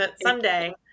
someday